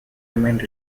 remained